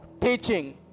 teaching